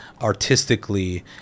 artistically